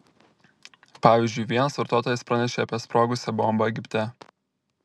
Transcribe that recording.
pavyzdžiui vienas vartotojas pranešė apie sprogusią bombą egipte